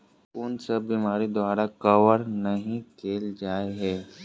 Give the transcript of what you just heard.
कुन सब बीमारि द्वारा कवर नहि केल जाय है?